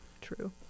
true